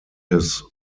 his